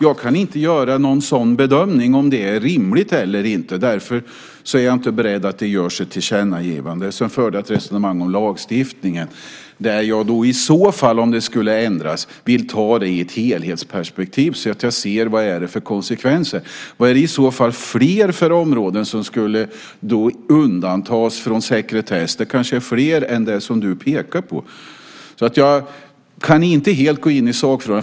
Jag kan inte göra någon sådan bedömning, om det är rimligt eller inte. Därför är jag inte beredd att göra ett tillkännagivande. Sedan förde jag ett resonemang om lagstiftningen. Om den skulle ändras vill jag ta upp det i ett helhetsperspektiv, så att jag ser vad det får för konsekvenser. Vilka fler områden skulle i så fall undantas från sekretess? Det kanske är fler än det som du pekar på. Jag kan inte helt gå in i sakfrågan.